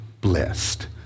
blessed